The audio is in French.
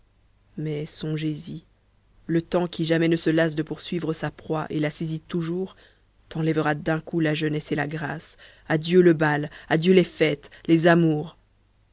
mais songez-y le temps qui jamais ne se lasse de poursuivre sa proie et la saisit toujours t'enlèvera d'un coup la jeunesse et la grâce adieu le bal adieu les fôtes les amours